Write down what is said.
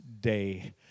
day